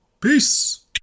Peace